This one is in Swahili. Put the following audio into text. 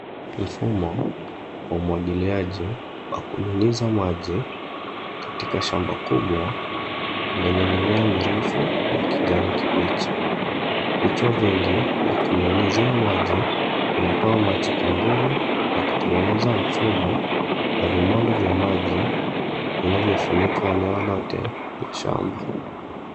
Mfumo wa umwagiliaji ,wa kunyunyiza maji katika shamba kubwa lenye mimea mirefu ya kijani kibichi. Vichwa vingi vya kunyunyizia maji vinatoa maji kwa nguvu na kutengeneza mfumo na vimondo vya maji vinavyofunika eneo lote la shamba.